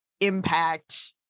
impact